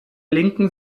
linken